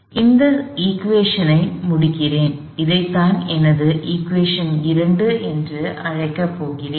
எனவே இந்த சமன்பாட்டை முடிக்கிறேன் இதைத்தான் எனது சமன்பாடு 2 என்று அழைக்கப் போகிறேன்